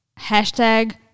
hashtag